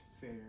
fair